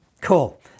Cool